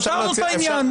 פתרנו את העניין.